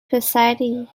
پسری